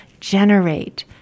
generate